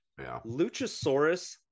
Luchasaurus